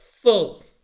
full